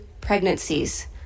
pregnancies